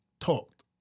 talked